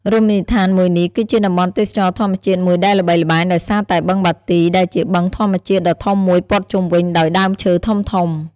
រមណីយដ្ឋានមួយនេះ គឺជាតំបន់ទេសចរណ៍ធម្មជាតិមួយដែលល្បីល្បាញដោយសារតែបឹងបាទី ដែលជាបឹងធម្មជាតិដ៏ធំមួយព័ទ្ធជុំវិញដោយដើមឈើធំៗ។